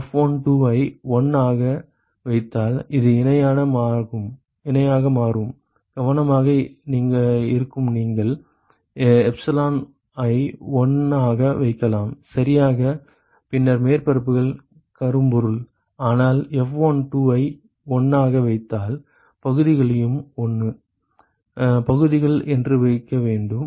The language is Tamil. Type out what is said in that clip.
F12 ஐ 1 ஆக வைத்தால் அது இணையாக மாறும் கவனமாக இருக்கும் நீங்கள் epsilon ஐ 1 ஆக வைக்கலாம் சரியா பின்னர் மேற்பரப்புகள் கரும்பொருள் ஆனால் F12 ஐ 1 ஆக வைத்தால் பகுதிகளையும் 1 பகுதிகள் என்று வைக்க வேண்டும்